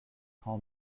how